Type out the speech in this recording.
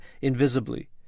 invisibly